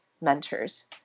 mentors